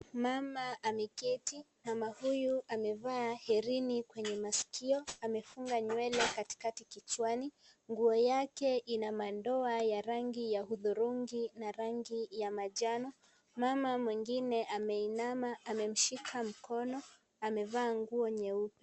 Mama ameketi mama huyu amevaa herini kwenye masikio, amefungwa nywele katikati kichwani, nguo yake ina madoa ya rangi ya udhurungi na rangi ya manjano, mama mwingine ameinama amemshika mkono amevaa nguo nyeupe.